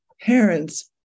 Parents